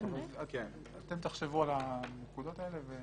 אתם תחשבו על הנקודות האלה.